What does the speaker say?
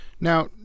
Now